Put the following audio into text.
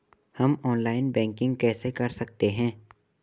हम online banking कैसे कर सकते हैं?